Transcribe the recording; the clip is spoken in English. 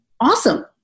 awesome